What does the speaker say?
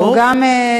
והוא גם יכול,